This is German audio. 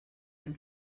dem